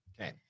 Okay